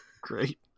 Great